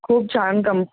खूप छान काम